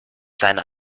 seinen